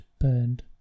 burned